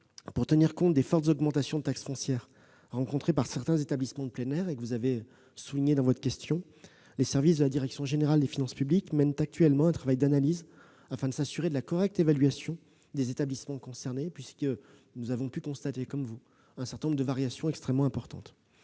pour tenir compte des fortes augmentations de taxe foncière de certains établissements de plein air, situation que vous avez soulignée, les services de la direction générale des finances publiques mènent actuellement un travail d'analyse afin de s'assurer de la correcte évaluation des établissements concernés. En effet, comme vous, nous avons pu constater un certain nombre de variations extrêmement importantes.